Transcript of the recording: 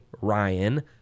Ryan